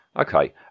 Okay